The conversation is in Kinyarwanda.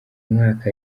mwaka